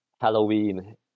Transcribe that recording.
Halloween